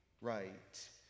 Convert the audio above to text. right